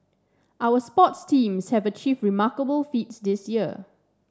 our sports teams have achieved remarkable feats this year